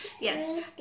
Yes